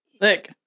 Look